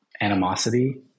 animosity